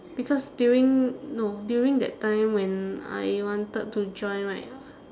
because during no during that time when I wanted to join right